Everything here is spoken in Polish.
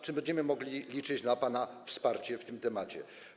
Czy będziemy mogli liczyć na pana wsparcie w tym temacie?